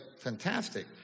fantastic